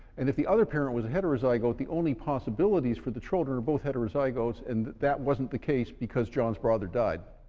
and if the other parent was a heterozygote, the only possibilities for the children are both heterozygotes and that wasn't the case, because john's brother died.